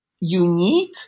unique